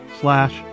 slash